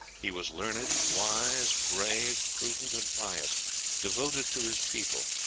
he was learned, wise, brave, prudent, and pious devoted to his people,